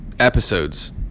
episodes